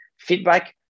feedback